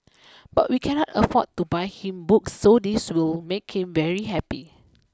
but we cannot afford to buy him books so this will make him very happy